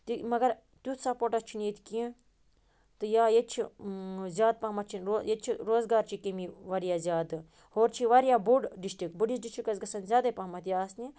تہِ مگر تیُتھ سپوٹاہ چھُنہٕ ییٚتہِ کیٚنہہ تہٕ یا ییٚتہِ چھِ زیادٕ پہمتھ چھِ یَتہِ چھِ روزگار چہِ کٔمی واریاہ زیادٕ ہوٚرٕ چھِ یہِ واریاہ بوٚڈ ڈِسٹرک بٔڈِس ڈِسٹرکَس گژھان زیادٕے پہمتھ یہِ آسٕنہِ